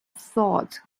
thought